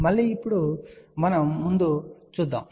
మళ్ళీ ఇప్పుడు మనం ముందుకు వెళ్దాం